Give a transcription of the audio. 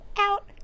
Out